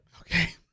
Okay